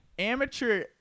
amateur